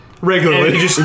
Regularly